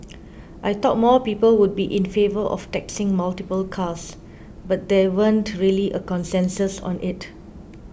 I thought more people would be in favour of taxing multiple cars but there weren't really a consensus on it